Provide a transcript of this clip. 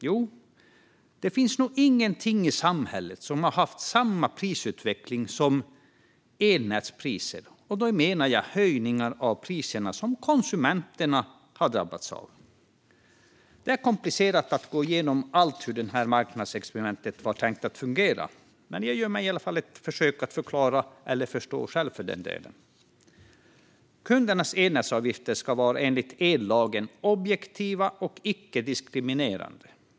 Jo, det finns nog ingenting i samhället som har haft samma prisutveckling som elnätspriserna, och då menar jag prishöjningar som konsumenterna har drabbats av. Det är komplicerat att gå igenom allt om hur detta marknadsexperiment var tänkt att fungera, men jag gör i alla fall ett försök att förklara - och förstå själv, för den delen. Kundernas elnätsavgifter ska enligt ellagen vara objektiva och icke-diskriminerande.